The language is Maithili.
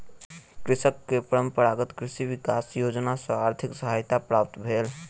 कृषक के परंपरागत कृषि विकास योजना सॅ आर्थिक सहायता प्राप्त भेल